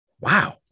Wow